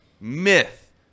myth